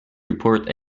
report